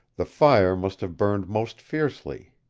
the fire must have burned most fiercely.